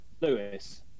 Lewis